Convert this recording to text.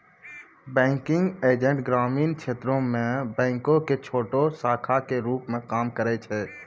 banking agent ग्रामीण क्षेत्रो मे बैंको के छोटो शाखा के रुप मे काम करै छै